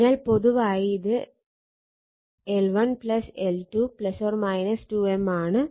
അതിനാൽ പൊതുവായി ഇത് L1 L2 ± 2M ആണ്